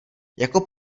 jako